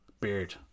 beard